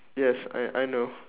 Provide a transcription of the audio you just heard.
yes I I know